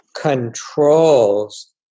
controls